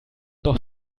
doch